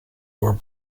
were